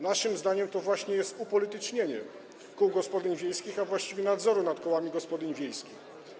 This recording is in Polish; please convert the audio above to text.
Naszym zdaniem to właśnie jest upolitycznienie kół gospodyń wiejskich, a właściwie nadzoru nad kołami gospodyń wiejskich.